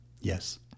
Yes